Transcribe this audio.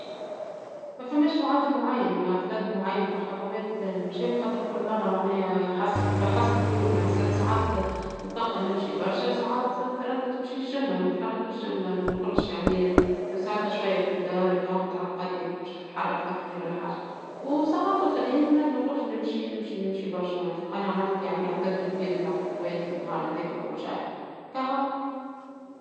مفماش معدل معين ، عدد معين نتاع خطوات ، خاطر كل مرة حسب الظروف ، ساعات نتنقل نمشي برشا ، ساعات مثلا منمشيش جملة ، منخرجش نقعد شوية في الدار، نتاع القضية باش تتحرك تقضي ولا حاجة ، وساعات اخرين نخرج نمشي نمشي برشا ، معناها تلقاني عملت عدد كبير من الخطوات في نهار هذاكا وكل شي.